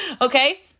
Okay